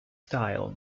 style